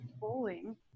bowling